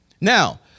Now